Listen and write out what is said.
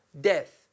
death